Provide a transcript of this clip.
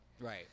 Right